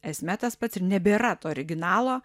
esme tas pats ir nebėra to originalo